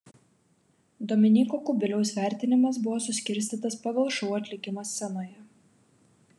dominyko kubiliaus vertinimas buvo suskirstytas pagal šou atlikimą scenoje